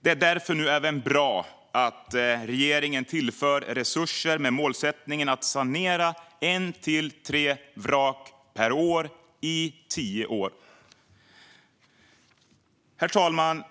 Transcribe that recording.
Det är därför bra att regeringen nu tillför resurser med målsättningen att sanera ett till tre vrak per år under tio år. Herr talman!